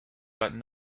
but